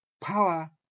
power